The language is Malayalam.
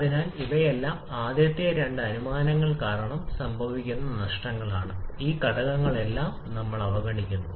അതിനാൽ ഇവയെല്ലാം ആദ്യത്തെ രണ്ട് അനുമാനങ്ങൾ കാരണം സംഭവിക്കുന്ന നഷ്ടങ്ങൾ ഈ ഘടകങ്ങളെല്ലാം നമ്മൾ തന്നെയാണ് അവഗണിക്കുന്നു